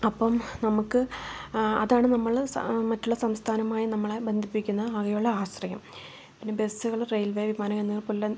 അപ്പം നമുക്ക് അതാണ് നമ്മള് മറ്റുള്ള സംസ്ഥാനവുമായി നമ്മളെ ബന്ധിപ്പിക്കുന്ന ആകെയുള്ള ആശ്രയം പിന്നെ ബസ്സുകള് റെയില്വേ വിമാനങ്ങള് എന്നിവ